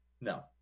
No